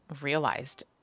realized